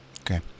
Okay